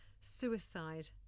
suicide